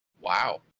Wow